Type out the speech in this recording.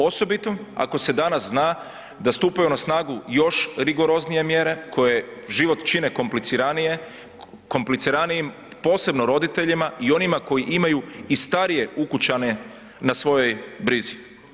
Osobito ako se danas zna da stupaju na snagu još rigoroznije mjere koje život čine kompliciranije, kompliciranijim posebno roditeljima i onima koji imaju i starije ukućane na svojoj brizi.